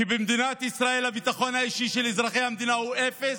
שבמדינת ישראל הביטחון האישי של אזרחי המדינה הוא אפס?